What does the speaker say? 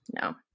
no